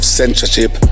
censorship